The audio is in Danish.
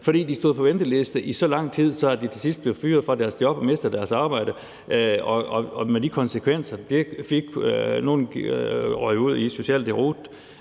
fordi de stod på venteliste i så lang tid, at de til sidst blev fyret fra deres job og mistede deres arbejde med de konsekvenser, som det fik. Nogle røg ud i en